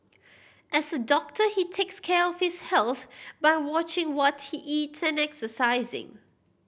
as a doctor he takes care of his health by watching what he eats and exercising